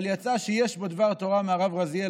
אבל יצא שיש בו דבר תורה מהרב רזיאל,